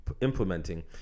implementing